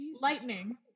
Lightning